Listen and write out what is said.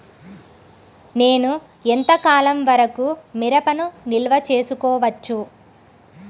నేను ఎంత కాలం వరకు మిరపను నిల్వ చేసుకోవచ్చు?